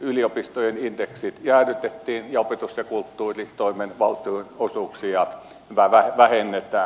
yliopistojen indeksit jäädytetään ja opetus ja kulttuuritoimen valtionosuuksia vähennetään